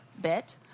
bit